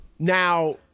Now